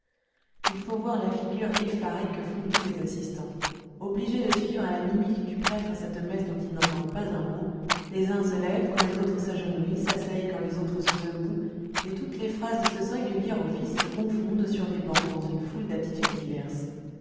il faut voir la figure effarée que font tous les assistants obligés de suivre à la mimique du prêtre cette messe dont ils n'entendent pas un mot les uns se lèvent quand les autres s'agenouillent s'asseyent quand les autres sont debout et toutes les phases de ce singulier office se confondent sur les bancs dans une foule d'attitudes diverses